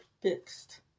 fixed